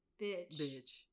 Bitch